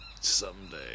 someday